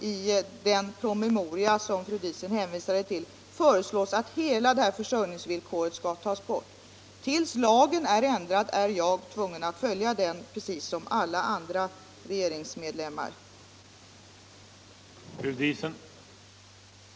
I den promemoria som fru Diesen hänvisar till föreslås att försörjningsvillkoret skall tas bort. Men till dess lagen är ändrad, är jag, liksom alla andra regeringsmedlemmar, tvungen att följa den.